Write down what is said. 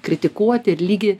kritikuoti ir lygiai